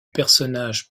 personnage